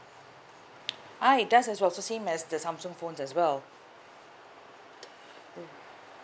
ah it does as well so same as the samsung phones as well